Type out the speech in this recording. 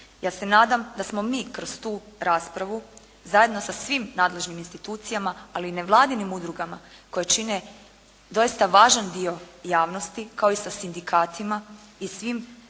Ja se nadam da smo mi kroz tu raspravu zajedno sa svim nadležnim institucijama ali i nevladinim udrugama koje čine doista važan dio javnosti kao i sa sindikatima i svim